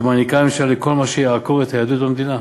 שהממשלה נותנת לכל מה שיעקור את היהדות במדינה?